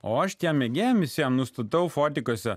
o aš tiem mėgėjam visiem nustatau fotikuose